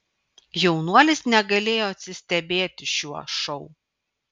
jaunuolis negalėjo atsistebėti šiuo šou